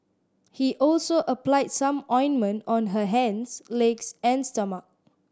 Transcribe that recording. he also applied some ointment on her hands legs and stomach